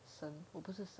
我不是神